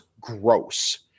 gross